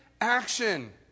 action